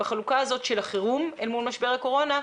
בחלוקה הזאת של החירום אל מול משבר הקורונה,